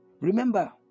remember